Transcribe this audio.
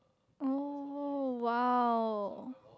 orh !wow!